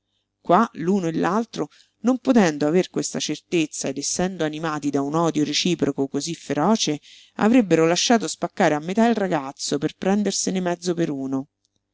qua l'uno e l'altro non potendo aver questa certezza ed essendo animati da un odio reciproco cosí feroce avrebbero lasciato spaccare a metà il ragazzo per prendersene mezzo per uno